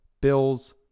Bills